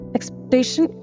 Expectation